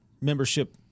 membership